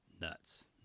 Nuts